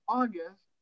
August